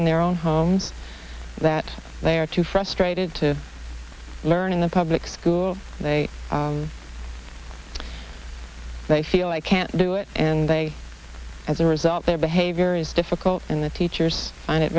in their own homes that they are too frustrated to learn in the public school they they feel i can't do it and they as a result their behavior is difficult and the teachers find it